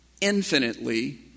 infinitely